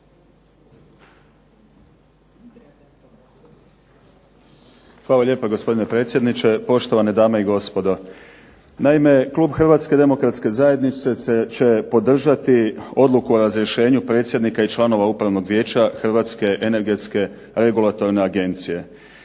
Hvala lijepa gospodine predsjedniče, poštovane dame i gospodo. Naime, Klub Hrvatske demokratske zajednice će podržati odluku o razrješenju predsjednika i članova upravnog vijeća Hrvatske energetske regulatorne agencije.